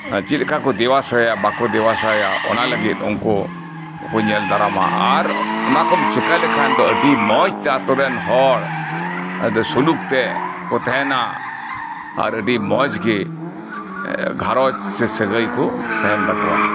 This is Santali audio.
ᱪᱮᱫ ᱞᱮᱠᱟ ᱠᱚ ᱫᱮᱵᱟ ᱥᱮᱵᱟᱭᱟ ᱵᱟᱠᱚ ᱫᱮᱵᱟ ᱥᱮᱵᱟᱭᱟ ᱚᱱᱟ ᱞᱟᱜᱤᱜ ᱩᱝᱠᱩ ᱠᱚ ᱧᱮᱞ ᱫᱟᱨᱟᱢᱟ ᱟᱨ ᱚᱱᱟ ᱠᱚᱢ ᱪᱤᱠᱟᱹ ᱞᱮᱠᱷᱟᱱ ᱫᱚ ᱟᱰᱤ ᱢᱚᱸᱡᱽ ᱛᱮ ᱟᱛᱩ ᱨᱮᱱ ᱦᱚᱲ ᱟᱫᱚ ᱥᱩᱞᱩᱠ ᱛᱮ ᱠᱚ ᱛᱟᱦᱮᱸᱱᱟ ᱟᱨ ᱟᱰᱤ ᱢᱚᱸᱡᱽ ᱜᱮ ᱜᱷᱟᱨᱚᱸᱡᱽ ᱥᱮ ᱥᱟᱹᱜᱟᱹᱭ ᱠᱚ ᱛᱟᱦᱮᱸᱱ ᱛᱟᱠᱚᱣᱟ